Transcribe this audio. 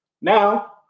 Now